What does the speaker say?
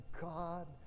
God